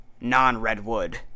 non-Redwood